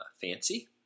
fancy